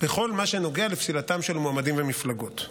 בכל מה שנוגע לפסילתם של מועמדים ומפלגות.